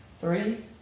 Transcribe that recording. three